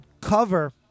cover